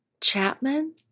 Chapman